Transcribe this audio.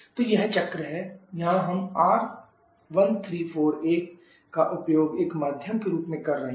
तो यह चक्र है यहां हम R134a का उपयोग एक माध्यम के रूप में कर रहे हैं